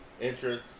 entrance